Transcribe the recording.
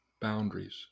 boundaries